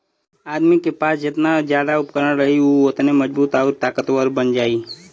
आदमी के पास जेतना जादा उपकरण रही उ ओतने मजबूत आउर ताकतवर बन जाई